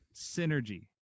synergy